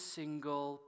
single